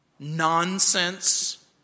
nonsense